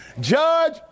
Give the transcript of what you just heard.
Judge